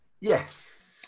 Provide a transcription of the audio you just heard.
Yes